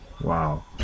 wow